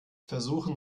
versuchen